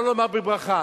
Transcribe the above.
לא לומר בברכה.